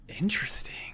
Interesting